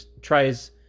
tries